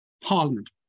Parliament